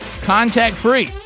contact-free